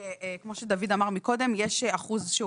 כמו שדוד אמר קודם, יש אחוז שהוא